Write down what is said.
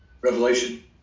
Revelation